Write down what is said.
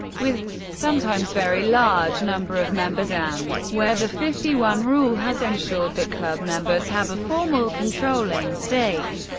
with sometimes very large number of members, and where the fifty one rule has ensured that club members have a formal controlling stake.